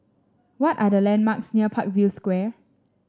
what are the landmarks near Parkview Square